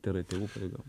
tai yra tėvų pareiga